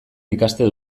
ikasten